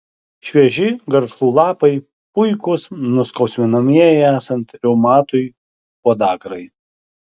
švieži garšvų lapai puikūs nuskausminamieji esant reumatui podagrai